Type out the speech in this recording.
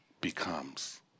becomes